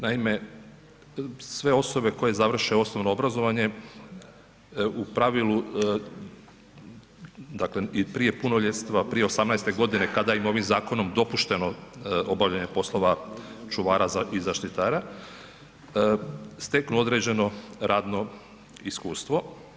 Naime, sve osobe koje završe osnovno obrazovanje u pravilu dakle i prije punoljetstva prije 18 godine kada im ovim zakonom dopušteno obavljanje poslova čuvara i zaštitara steknu određeno radno iskustvo.